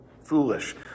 foolish